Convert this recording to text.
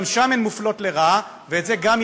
גם שם הן מופלות לרעה, וגם את זה יתקנו,